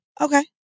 Okay